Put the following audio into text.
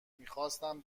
میخواستم